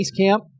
Basecamp